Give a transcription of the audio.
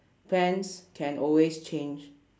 plans can always change